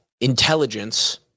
intelligence